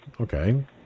Okay